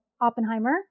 Oppenheimer